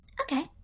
Okay